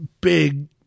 big